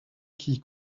qui